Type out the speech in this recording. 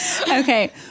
okay